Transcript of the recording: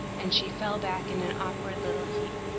and she fell back in an awkward little heap.